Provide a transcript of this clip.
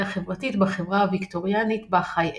החברתית בחברה הוויקטוריאנית בה חי אבוט.